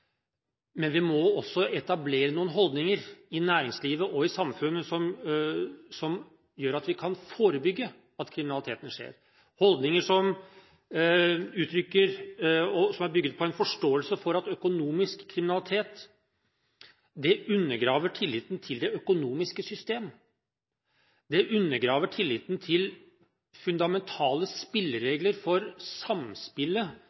Men vi må også etablere noen holdninger i næringslivet og i samfunnet som gjør at vi kan forebygge at kriminaliteten skjer – holdninger som uttrykker, og som er bygget på, en forståelse for at økonomisk kriminalitet undergraver tilliten til det økonomiske system. Det undergraver tilliten til fundamentale